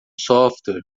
software